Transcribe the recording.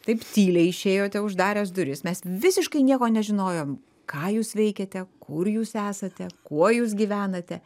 taip tyliai išėjote uždaręs duris mes visiškai nieko nežinojom ką jūs veikiate kur jūs esate kuo jūs gyvenate